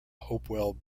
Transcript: hopewell